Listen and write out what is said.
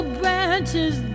branches